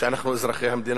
שאנחנו אזרחי המדינה,